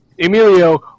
Emilio